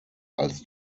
als